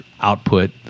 output